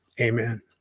amen